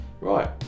Right